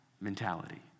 mentality